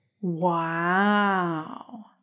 Wow